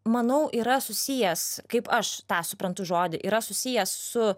manau yra susijęs kaip aš tą suprantu žodį yra susijęs su